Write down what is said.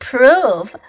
Prove